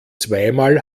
zweimal